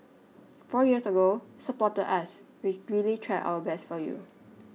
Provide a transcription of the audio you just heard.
four years ago supported us we really tried our best for you